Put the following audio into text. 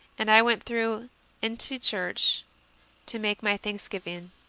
and i went through into church to make my thanksgiving.